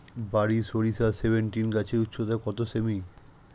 বারি সরিষা সেভেনটিন গাছের উচ্চতা কত সেমি?